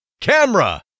Camera